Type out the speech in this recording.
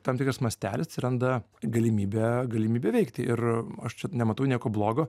tam tikras mastelis atsiranda galimybė galimybė veikti ir aš čia nematau nieko blogo